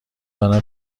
دارم